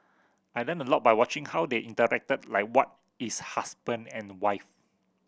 I learnt a lot by watching how they interacted like what is husband and wife